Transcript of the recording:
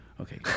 Okay